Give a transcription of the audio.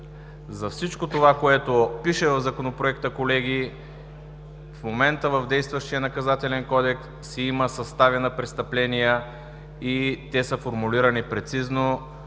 За всичко това, което пише в Законопроекта, колеги, в момента в действащия Наказателен кодекс има състави на престъпления и те са формулирани прецизно